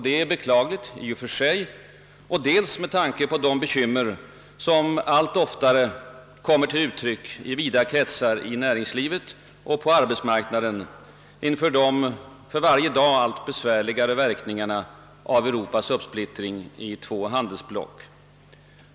Det är beklagligt i och för sig och även med tanke på de bekymmer som allt oftare kommer till uttryck i vida kretsar inom näringslivet och på arbetsmarknaden inför de för varje dag allt besvärligare verkningarna av Europas uppsplittring i två handelsblock.